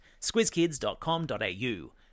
squizkids.com.au